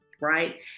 right